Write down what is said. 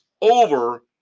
over